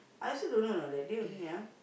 I also don't know know that day only ah